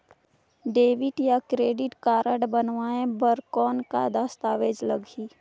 Debit या credit card बनवाय बर कौन का दस्तावेज लगही?